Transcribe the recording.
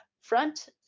front